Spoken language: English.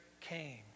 came